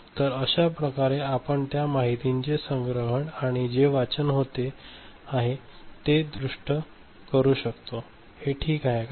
तर अशा प्रकारे आपण त्या माहितीचे संग्रहण आणि जे वाचन होत आहे ते दृष्य करू शकतो हे ठीक आहे काय